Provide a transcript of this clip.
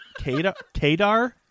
Kadar